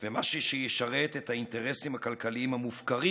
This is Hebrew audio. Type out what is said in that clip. וישרת את האינטרסים הכלכליים המופקרים